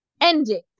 Ending